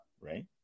right